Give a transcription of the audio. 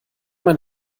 mein